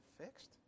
fixed